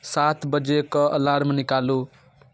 सात बजे कऽ अलार्म निकालू